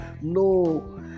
No